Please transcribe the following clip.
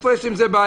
איפה יש עם זה בעיה?